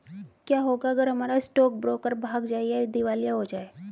क्या होगा अगर हमारा स्टॉक ब्रोकर भाग जाए या दिवालिया हो जाये?